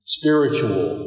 spiritual